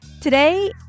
Today